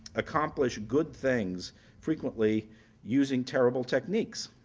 accomplish good things frequently using terrible techniques.